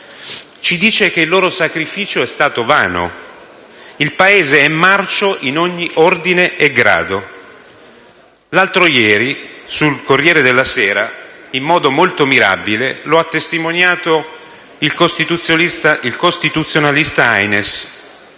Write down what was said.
Ci dice che il loro sacrificio è stato vano; il Paese è marcio in ogni ordine e grado. L'altro ieri, sul «Corriere della Sera», in modo molto mirabile lo ha testimoniato il costituzionalista Ainis,